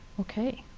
ok,